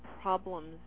problems